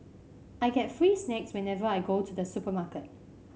I get free snacks whenever I go to the supermarket